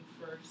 first